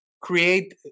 create